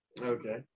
Okay